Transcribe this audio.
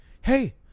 Hey